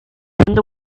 wonder